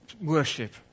worship